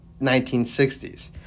1960s